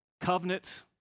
covenant